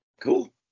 Cool